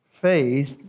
Faith